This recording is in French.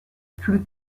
plus